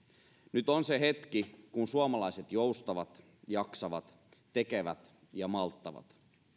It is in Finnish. nyt on se hetki kun suomalaiset joustavat jaksavat tekevät ja malttavat